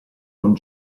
con